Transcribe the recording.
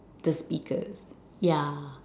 the speaker yeah